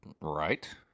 Right